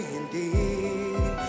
indeed